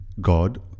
God